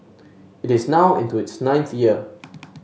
it is now into its ninth year